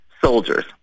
soldiers